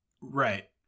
Right